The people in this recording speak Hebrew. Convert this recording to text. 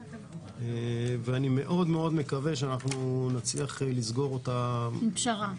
ואני מקווה מאוד שנצליח לסגור אותה בפשרה.